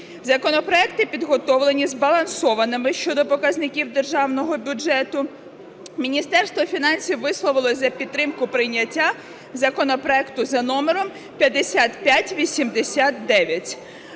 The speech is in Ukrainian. Законопроекти підготовлені збалансованими щодо показників державного бюджету. Міністерство фінансів висловилось за підтримку прийняття законопроекту за номером 5589.